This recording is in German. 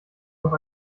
noch